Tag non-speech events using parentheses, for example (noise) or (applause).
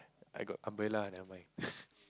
I got umbrella never mind (laughs)